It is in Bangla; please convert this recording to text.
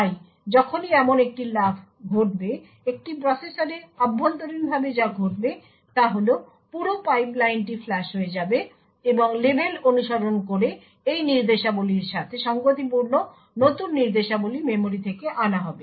তাই যখনই এমন একটি লাফ ঘটবে একটি প্রসেসরে অভ্যন্তরীণভাবে যা ঘটবে তা হল পুরো পাইপলাইনটি ফ্লাশ হয়ে যাবে এবং লেবেল অনুসরণ করে এই নির্দেশাবলীর সাথে সঙ্গতিপূর্ণ নতুন নির্দেশাবলী মেমরি থেকে আনা হবে